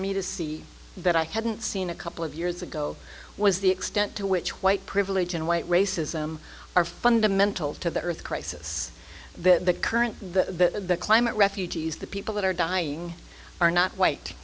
me to see that i hadn't seen a couple of years ago was the extent to which white privilege and white racism are fundamental to the earth crisis that the current the climate refugees the people that are dying are not white